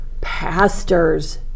pastors